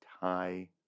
tie